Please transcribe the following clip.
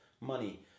money